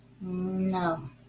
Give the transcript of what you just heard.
no